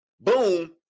boom